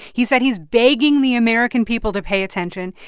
he said he's begging the american people to pay attention.